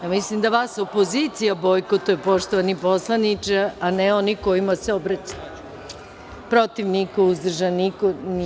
Ja mislim da vas opozicija bojkotuje poštovani poslaniče a ne oni kojima se obraćate, protiv – niko, uzdržanih – nema.